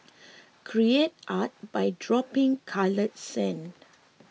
create art by dropping coloured sand